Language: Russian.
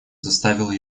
заставил